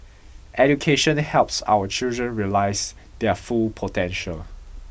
education helps our children realise their full potential